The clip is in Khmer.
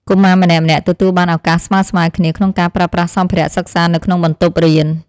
កុមារម្នាក់ៗទទួលបានឱកាសស្មើៗគ្នាក្នុងការប្រើប្រាស់សម្ភារៈសិក្សានៅក្នុងបន្ទប់រៀន។